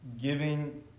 giving